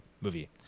movie